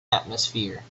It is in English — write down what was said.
atmosphere